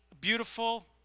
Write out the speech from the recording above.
beautiful